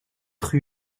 rue